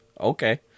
okay